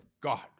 God